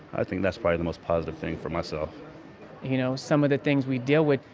i think that's probably the most positive thing for myself you know, some of the things we deal with,